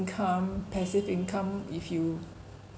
income passive income if you